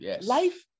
life